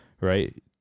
right